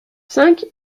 cinq